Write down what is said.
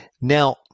now